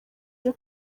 cyo